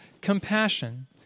compassion